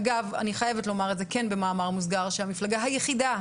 אגב, אני חייבת להגיד במאמר מוסגר שהמפלגה היחידה